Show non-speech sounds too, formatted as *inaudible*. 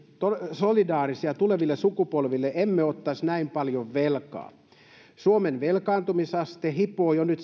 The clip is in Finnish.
solidaarisia tuleville sukupolville emme ottaisi näin paljon velkaa suomen velkaantumisaste hipoo jo nyt *unintelligible*